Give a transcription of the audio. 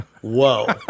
whoa